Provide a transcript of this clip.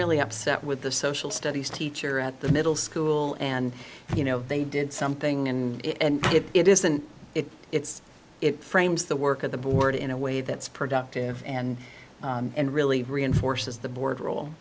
really upset with the social studies teacher at the middle school and you know they did something and it isn't it it's it frames the work of the board in a way that's productive and and really reinforces the board role